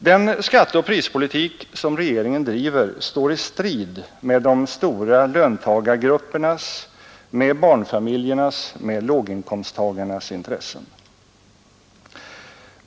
Den skatteoch prispolitik som regeringen driver står i strid med de stora löntagargruppernas, med barnfamiljernas, med låginkomsttagarnas intressen.